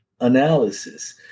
analysis